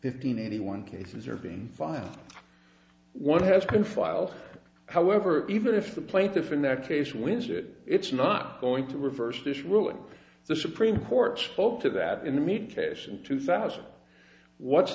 fifteen eighty one cases are being filed one has been filed however even if the plaintiff in that case wins it it's not going to reverse this ruling the supreme court spoke to that in the meat case in two thousand